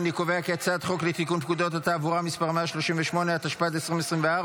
חוק לתיקון פקודת התעבורה (מס' 138), התשפ"ה 2024,